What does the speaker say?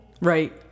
Right